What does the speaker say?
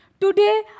Today